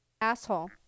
Asshole